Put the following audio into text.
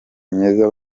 myiza